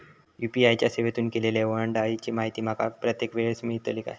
UPI च्या सेवेतून केलेल्या ओलांडाळीची माहिती माका प्रत्येक वेळेस मेलतळी काय?